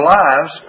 lives